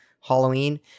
halloween